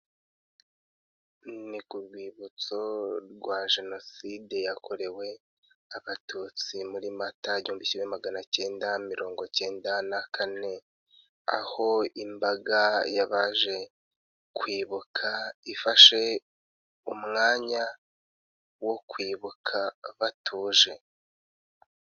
Ni ku rwibutso rwa jenoside yakorewe abatutsi muri mata igihumbi kimwe maganacyenda mirongo cyenda na kane, aho imbaga yabaje kwibuka ifashe umwanya wo kwibuka batuje.